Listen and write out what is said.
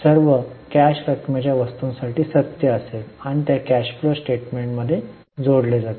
हे सर्व कॅश रकमेच्या वस्तूंसाठी सत्य असेल आणि त्या कॅश फ्लो स्टेटमेंटात जोडल्या जातील